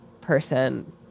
person